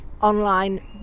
online